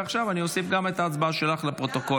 ועכשיו אני אוסיף גם את ההצבעה שלך לפרוטוקול.